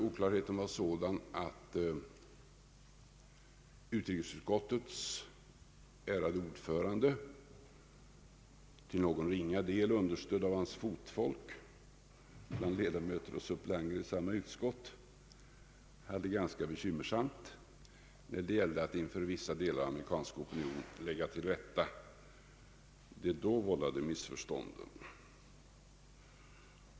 Oklarheten var sådan att utrikesutskottets ärade ordförande, till någon ringa del understödd av hans fotfolk bland ledamöter och suppleanter i samma utskott, hade det ganska bekymmersamt när det gällde att inför vissa delar av den amerikanska opinionen lägga till rätta de då vållade missförstånden.